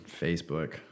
Facebook